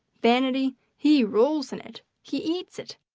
vanity! he rolls in it! he eats it!